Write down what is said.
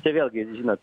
čia vėlgi žinot